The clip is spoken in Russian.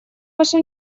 ваше